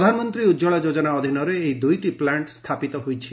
ପ୍ରଧାନମନ୍ତ୍ରୀ ଉଜ୍ୱଳା ଯୋଜନା ଅଧୀନରେ ଏହି ଦୁଇଟି ପ୍ଲାଣ୍ଟ ସ୍ଥାପିତ ହୋଇଛି